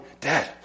Dad